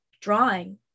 drawing